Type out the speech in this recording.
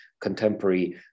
contemporary